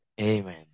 Amen